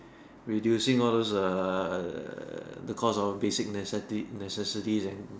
reducing all those err the cost of basic necess~ necessity then